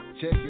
check